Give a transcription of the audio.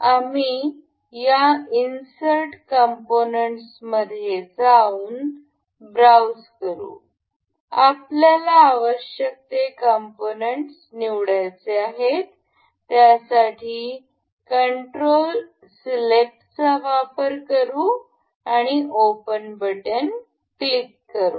आम्ही या insert components मध्ये जाऊन ब्राउझ करू आपल्याला आवश्यक ते कंपोनंट निवडायाचे आहे त्यासाठी कन्ट्रोल सीलेक्ट चा वापर करू आणि ओपन बटन क्लिक करू